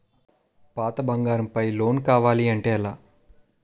పాత బంగారం పై లోన్ కావాలి అంటే ఎలా?